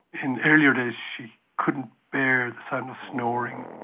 in earlier days she couldn't bear the sound of storing,